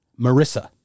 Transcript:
marissa